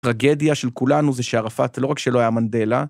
טרגדיה של כולנו זה שערפאת לא רק שלא היה מנדלה,